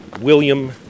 William